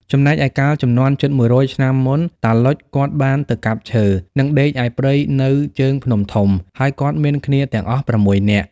ចំំណែកឯកាលជំនាន់ជិត១០០ឆ្នាំមុន តាឡុចគាត់បានទៅកាប់ឈើ និងដេកឯព្រៃនៅជើងភ្នំធំ ហើយគាត់មានគ្នាទាំងអស់៦នាក់ ។